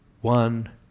one